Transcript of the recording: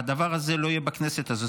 והדבר הזה לא יהיה בכנסת הזו.